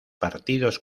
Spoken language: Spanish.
partidos